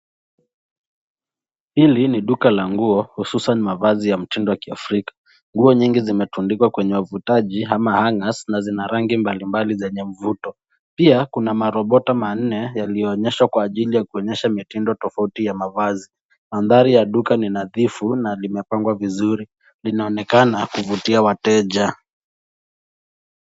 Hili ni duka la nguo hususan mavazi ya mtindo ya Kiafrika. Nguo nyingi zimetundikwa kwenye wavutaji ama hangers na zina rangi mbali mbali zenye mvuto. Pia, kuna marobota manne yaliyoonyeshwa kwa ajili ya kuonyesha mitindo tofauti ya mavazi. Mandhari ya duka ni nadhifu na limepangwa vizuri. Linaonekana kuvutia wateja.